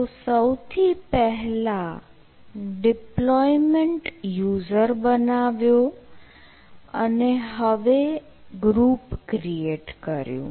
તો સૌથી પહેલા ડિપ્લોયમેન્ટ યુઝર બનાવ્યો અને હવે રિસોર્સ ગ્રુપ ક્રિએટ કર્યું